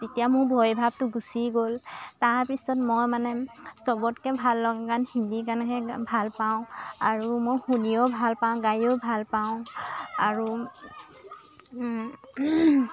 তেতিয়া মোৰ ভয় ভাৱটো গুচি গ'ল তাৰপিছত মই মানে চবতকৈ ভাল লগা গান হিন্দী গানহে ভাল পাওঁ আৰু মই শুনিও ভাল পাওঁ গাইও ভাল পাওঁ আৰু